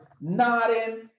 nodding